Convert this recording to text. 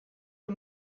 the